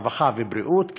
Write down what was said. הרווחה והבריאות,